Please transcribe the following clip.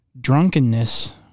drunkenness